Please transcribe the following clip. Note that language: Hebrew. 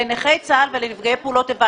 לנכי צה"ל ולנפגעי פעולות איבה.